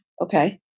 Okay